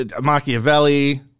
Machiavelli